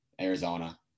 Arizona